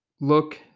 look